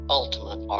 ultimate